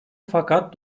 fakat